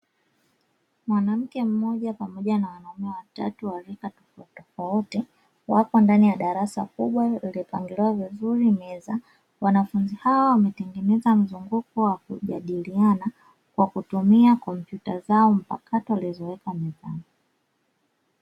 Mwanamke mmoja pamoja na wanaume watatu wa rika tofautitofauti, wapo ndani ya darasa kubwa lililopangiliwa vizuri meza. Wanafunzi hawa wametengeneza mzunguko wa kujadiliana, kwa kutumia kompyuta zao mpakato walizoweka mezani.